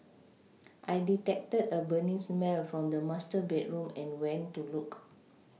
I detected a burning smell from the master bedroom and went to look